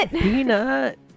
Peanut